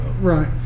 Right